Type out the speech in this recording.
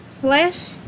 Flesh